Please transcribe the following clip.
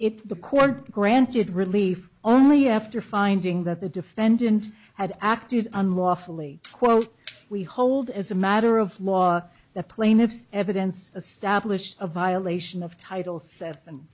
it the court granted relief only after finding that the defendant had acted unlawfully quote we hold as a matter of law the plaintiff's evidence of stablish a violation of title sets